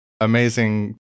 Amazing